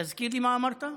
תזכיר לי מה אמרת?